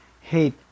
hate